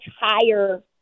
higher